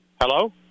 Hello